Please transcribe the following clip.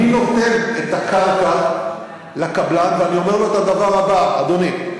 אני נותן את הקרקע לקבלן ואני אומר לו את הדבר הבא: אדוני,